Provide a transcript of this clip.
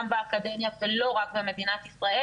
גם באקדמיה ולא רק במדינת ישראל